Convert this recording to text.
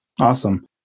Awesome